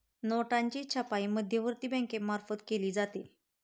नोटांची छपाई मध्यवर्ती बँकेमार्फत केली जाते